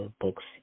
books